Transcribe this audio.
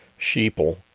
sheeple